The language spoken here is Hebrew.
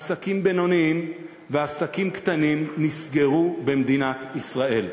עסקים בינוניים ועסקים קטנים נסגרו במדינת ישראל.